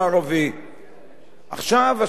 עכשיו השאלה היא באמת מה עושים.